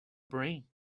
brain